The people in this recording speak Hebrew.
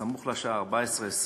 סמוך לשעה 14:20,